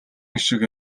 хишиг